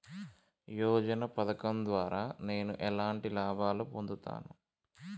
యోజన పథకం ద్వారా నేను ఎలాంటి లాభాలు పొందుతాను?